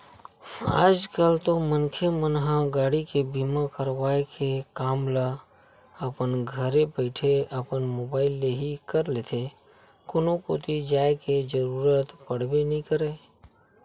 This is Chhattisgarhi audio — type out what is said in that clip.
आज कल तो मनखे मन ह गाड़ी के बीमा करवाय के काम ल अपन घरे बइठे अपन मुबाइल ले ही कर लेथे कोनो कोती जाय के जरुरत पड़बे नइ करय